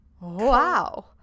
Wow